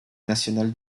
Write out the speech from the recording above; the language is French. national